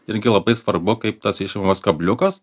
irgi labai svarbu kaip tas išimamas kabliukas